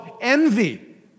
envy